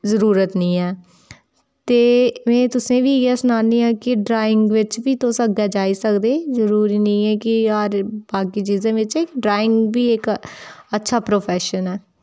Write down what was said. जरूरत नेईं ऐ ते में तुसेंगी बी इ'यै सनानी आं के ड्राइंग बिच्च बी तुस अग्गें जाई सकदे जरूरी निं ऐ के हर बाकी चीजें बिच्च ड्राइंग बी इक अच्छा प्रोफेशन ऐ